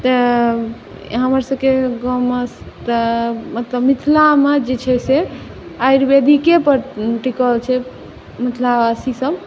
तेँ हमरसबके गाममे तऽ मतलब मिथिलामे जे छै से आयुर्वेदिकेपर टिकल छै मिथिलावासी सब